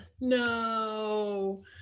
No